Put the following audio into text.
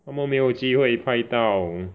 他们没有机会拜倒